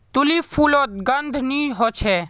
tulip फुलोत गंध नि होछे